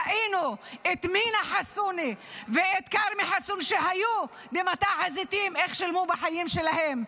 ראינו איך מינא חסון וכרמי חסון שהיו במטע הזיתים שילמו בחיים שלהם.